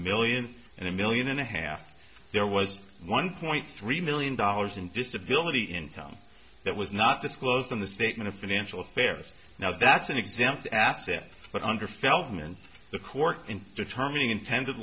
million and a million and a half there was one point three million dollars in disability income that was not disclosed in the statement of financial affairs now that's an example asset but under feltman the court in determining intended